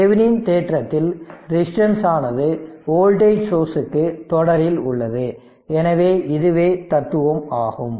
Thevenin தேற்றத்தில் resistance ஆனது voltage source ற்கு தொடரில் உள்ளது எனவே இதுவே தத்துவம் ஆகும்